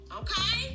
okay